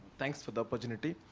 thanks for the opportunity.